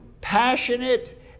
passionate